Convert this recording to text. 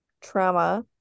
trauma